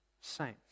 Saints